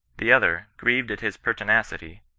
the other, grieved at his pertinacity,